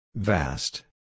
Vast